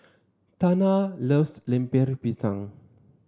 Tana loves Lemper Pisang